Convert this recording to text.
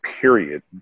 period